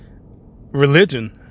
religion